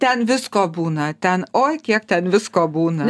ten visko būna ten oi kiek ten visko būna